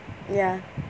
ya